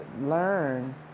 learn